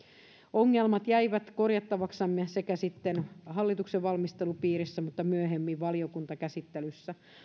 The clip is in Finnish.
ongelmat jäivät korjattavaksemme sekä hallituksen valmistelun piirissä että myöhemmin valiokuntakäsittelyssä